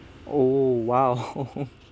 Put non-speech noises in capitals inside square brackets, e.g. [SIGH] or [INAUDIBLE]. oh !wow! [LAUGHS]